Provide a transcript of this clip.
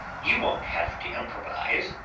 you won't have to improvise.